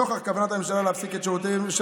נוכח כוונת הממשלה להפסיק את שירותיהם של